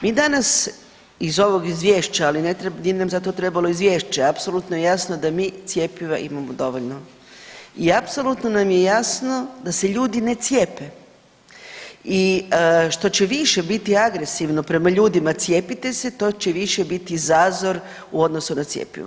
Mi danas iz ovog Izvješća, ali ne treba, nije nam za to trebalo Izvješće, apsolutno je jasno da mi cjepiva imamo dovoljno i apsolutno nam je jasno da se ljudi ne cijepe i što će više biti agresivno prema ljudima cijepite se, to će više biti zazor u odnosu na cjepivo.